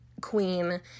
queen